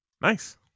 Nice